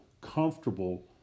comfortable